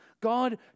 God